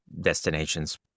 destinations